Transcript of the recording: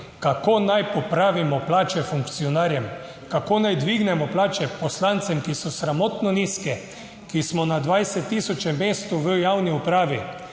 popravimo plače funkcionarjem, kako naj dvignemo plače poslancem, ki so sramotno nizke? Ki smo na 20 tisočem mestu v javni upravi,